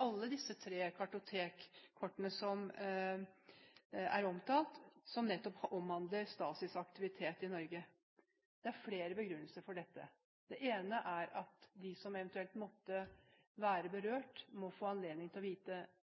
alle de tre kartotekkortene som er omtalt, og som nettopp omhandler Stasis aktivitet i Norge. Det er flere begrunnelser for dette. Det ene er at de som eventuelt måtte være berørt, må få anledning til å vite: